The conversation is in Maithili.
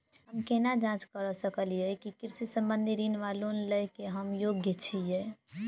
हम केना जाँच करऽ सकलिये की कृषि संबंधी ऋण वा लोन लय केँ हम योग्य छीयै?